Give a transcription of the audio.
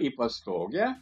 į pastogę